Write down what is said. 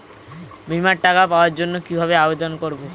বিমার টাকা পাওয়ার জন্য কিভাবে আবেদন করব?